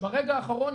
ברגע האחרון,